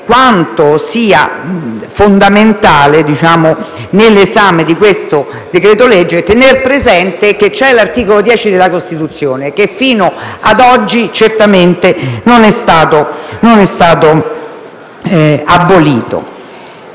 quanto sia fondamentale, nell'esame di questo decreto-legge, tener presente che c'è l'articolo 10 della Costituzione, che fino a oggi certamente non è stato abolito.